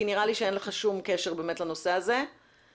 כי נראה לי שאין לך שום קשר באמת לנושא הזה ואתה